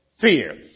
fear